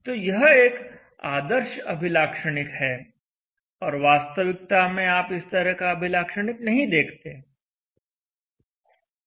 तो यह एक आदर्श अभिलाक्षणिक है और वास्तविकता में आप इस तरह का अभिलाक्षणिक नहीं देखेंगे